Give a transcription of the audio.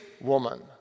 woman